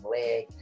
leg